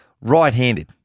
right-handed